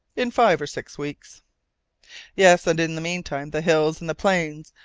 in five or six weeks yes, and in the meantime, the hills and the plains,